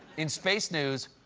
in space news,